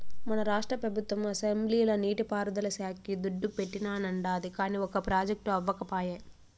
మన రాష్ట్ర పెబుత్వం అసెంబ్లీల నీటి పారుదల శాక్కి దుడ్డు పెట్టానండాది, కానీ ఒక ప్రాజెక్టు అవ్యకపాయె